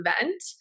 event